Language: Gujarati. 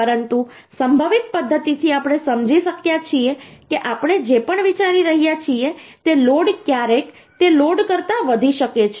પરંતુ સંભવિત પદ્ધતિથી આપણે સમજી શક્યા છીએ કે આપણે જે પણ વિચારી રહ્યા છીએ તે લોડ ક્યારેક તે લોડ કરતાં વધી શકે છે